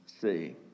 see